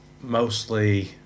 Mostly